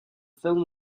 film